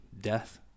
death